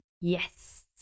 Yes